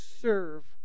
serve